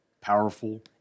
powerful